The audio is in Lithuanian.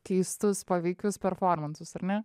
keistus paveikius performansus ar ne